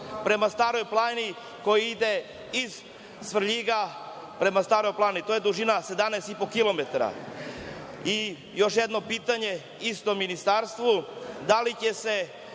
prema Staroj Planini koji ide iz Svrljiga prema Staroj Planini? To je dužina 17,5 km? Još jedno pitanje istom ministarstvu – da li će se